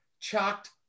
chocked